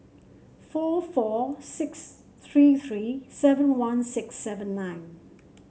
four four six three three seven one six seven nine